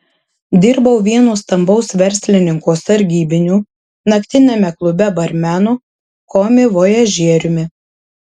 dirbau vieno stambaus verslininko sargybiniu naktiniame klube barmenu komivojažieriumi